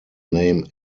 name